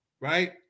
right